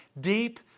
deep